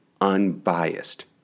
unbiased